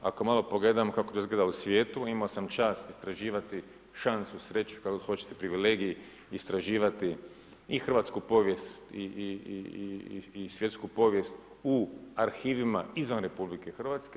Ako malo pogledamo kako nas gledaju u svijetu, imao sam čast istraživati šansu, sreću, kako god hoćete, privilegij, istraživati i hrvatsku povijesti svjetsku povijest u arhivima izvan RH.